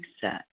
set